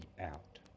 out